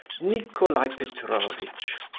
nicolai petrovitch.